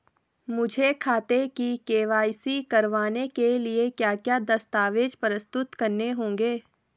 मुझे खाते की के.वाई.सी करवाने के लिए क्या क्या दस्तावेज़ प्रस्तुत करने होंगे?